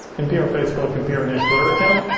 npr facebook, npr news twitter account.